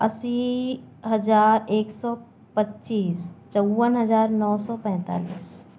अस्सी हज़ार एक सौ पच्चीस चौवन हज़ार नौ सौ पैंतालीस